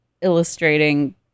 illustrating